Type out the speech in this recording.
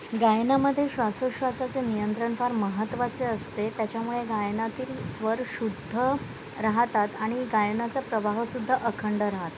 गायनामध्ये श्वासोश्वासाचे नियंत्रण फार महत्त्वाचे असते त्याच्यामुळे गायनातील स्वर शुद्ध राहतात आणि गायनाचा प्रभावसुद्धा अखंड राहतो